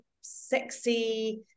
sexy